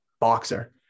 boxer